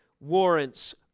warrants